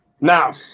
Now